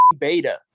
beta